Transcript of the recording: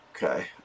Okay